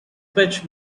pitch